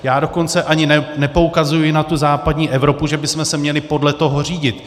Já dokonce ani nepoukazuji na západní Evropu, že bychom se měli podle toho řídit.